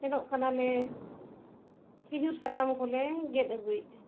ᱥᱮᱱᱚᱜ ᱠᱟᱱᱟᱞᱮ ᱠᱷᱤᱡᱩᱨ ᱥᱟᱠᱟᱢ ᱠᱚᱞᱮ ᱜᱮᱫ ᱟᱹᱜᱩᱭᱮᱜᱼᱟ